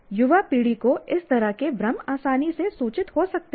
युवा पीढ़ी को इस तरह के भ्रम आसानी से सूचित हो सकते हैं